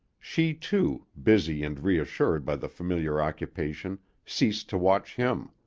she, too, busy and reassured by the familiar occupation, ceased to watch him.